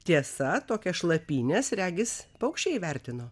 tiesa tokias šlapynes regis paukščiai įvertino